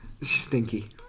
stinky